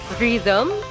rhythm